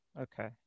okay